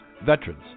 Veterans